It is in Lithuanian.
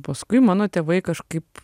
paskui mano tėvai kažkaip